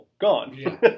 gone